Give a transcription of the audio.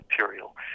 material